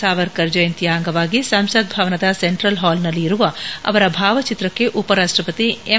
ಸಾವರ್ಕರ್ ಜಯಂತಿಯ ಅಂಗವಾಗಿ ಸಂಸತ್ ಭವನದ ಸೆಂಟ್ರಲ್ ಹಾಲ್ನಲ್ಲಿ ಇರುವ ಅವರ ಭಾವಚಿತ್ರಕ್ಕೆ ಉಪರಾಷ್ಟ್ರಪತಿ ಎಂ